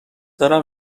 دارم